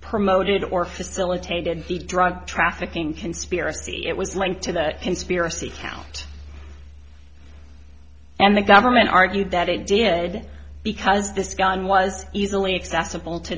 promoted or facilitated the drug trafficking conspiracy it was linked to the conspiracy count and the government argued that it did because this gun was easily accessible to